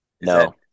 No